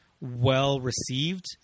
well-received